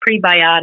prebiotic